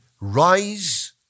rise